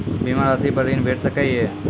बीमा रासि पर ॠण भेट सकै ये?